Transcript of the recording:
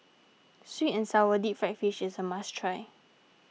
Sweet and Sour Deep Fried Fish is a must try